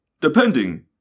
depending